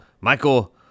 Michael